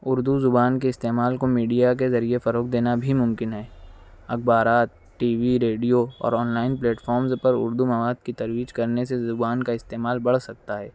اُردو زبان کے استعمال میڈیا کے ذریعہ فروغ دینا بھی ممکن ہے اخبارات ٹی وی ریڈو اور آن لائن پلیٹ فارمس پر تجویز کرنے سے اُردو زبان کا استعمال بڑھ سکتا ہے